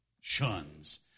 shuns